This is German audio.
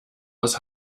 aus